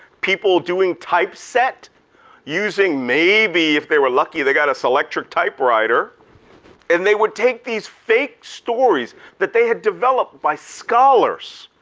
people doing typeset using, maybe if they were lucky they got a selectric typewriter and they would take these fake stories that they had developed by scholars,